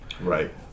right